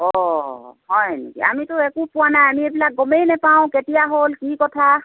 অঁ হয় নেকি আমিটো একো পোৱা নাই আমি এইবিলাক গমে নাপাওঁ কেতিয়া হ'ল কি কথা